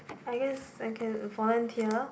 I guess I can volunteer